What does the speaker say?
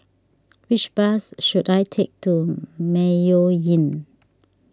which bus should I take to Mayo Inn